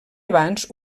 abans